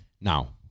Now